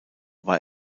war